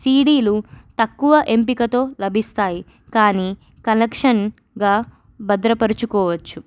సిడీలు తక్కువ ఎంపికతో లభిస్తాయి కానీ కలెక్షన్గా భద్రపరచుకోవచ్చు